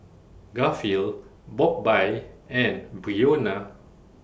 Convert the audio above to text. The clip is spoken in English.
Garfield Bobbye and Breonna